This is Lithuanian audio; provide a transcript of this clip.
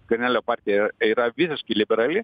skvernelio partijoja yra yra visiškai liberali